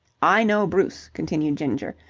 i know bruce, continued ginger,